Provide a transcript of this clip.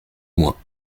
moins